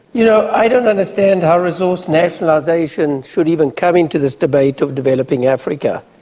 you know, i don't understand how resource nationalisation should even come into this debate of developing africa.